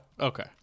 Okay